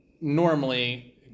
normally